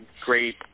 great